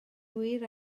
wir